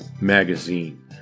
magazine